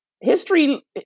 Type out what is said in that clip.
History